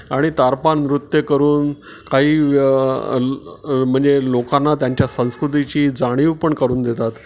आणि तारपा नृत्य करून काही व्य म्हणजे लोकांना त्यांच्या संस्कृतीची जाणीव पण करून देतात